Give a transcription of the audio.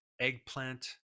eggplant